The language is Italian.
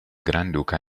granduca